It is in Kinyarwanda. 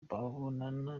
babonana